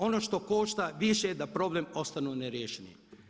Ono što košta više je da problemi ostaju neriješeni.